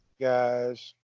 guys